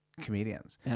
comedians